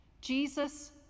Jesus